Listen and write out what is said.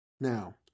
Now